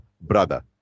brother